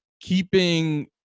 keeping